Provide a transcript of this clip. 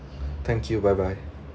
thank you bye bye